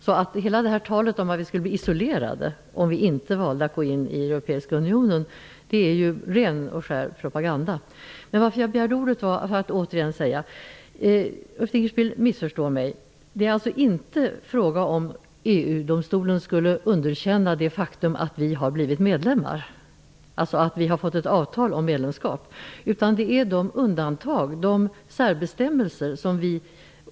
Allt tal om att vi skulle bli isolerade om vi valde att inte gå med i den europeiska unionen är ren och skär propaganda. Anledningen till att jag begärde ordet är att jag återigen ville säga följande. Ulf Dinkelspiel missförstår mig. Det är alltså inte fråga om att EU domstolen skulle underkänna det faktum att vi har blivit medlemmar, dvs. att vi har fått ett avtal om medlemskap. I stället gäller det undantagen, särbestämmelserna.